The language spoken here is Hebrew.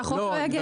שהחוק לא יגן עליו.